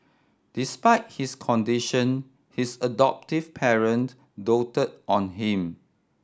despite his condition his adoptive parent doted on him